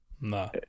No